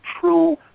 true